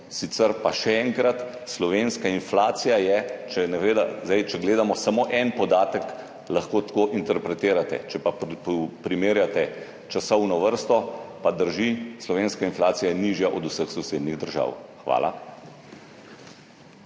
Sicer pa še enkrat, slovenska inflacija je, če gledamo samo en podatek, lahko tako interpretirate, če pa primerjate časovno vrsto, pa drži, slovenska inflacija je nižja od vseh sosednjih držav. Hvala.